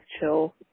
chill